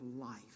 life